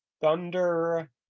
thunder